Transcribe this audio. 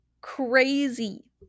Crazy